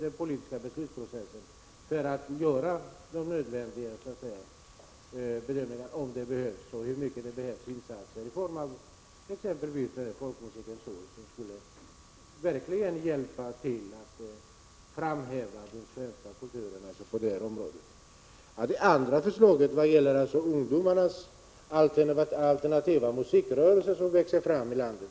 Dessa organisationer skall tydligen göra de nödvändiga bedömningarna av vad som behövs och hur mycket som behövs när det gäller insatser, t.ex. beträffande Folkmusikens år som ju är något som verkligen skulle kunna hjälpa fram kulturen på detta område. Sedan till vårt andra förslag, ungdomarnas alternativa musikverksamhet som växer fram här i landet.